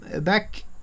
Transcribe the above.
back